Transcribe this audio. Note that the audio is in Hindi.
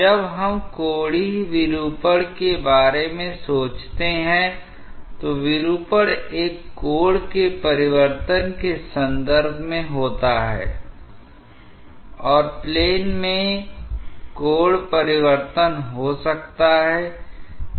जब हम कोणीय विरूपण के बारे में सोचते हैं तो विरूपण एक कोण के परिवर्तन के संदर्भ में होता है और प्लेन में कोण परिवर्तन हो सकता है